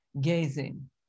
gazing